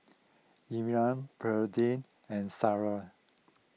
Elmyra Berdie and Selah